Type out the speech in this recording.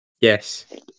Yes